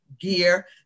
gear